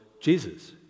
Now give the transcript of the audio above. Jesus